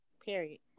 Period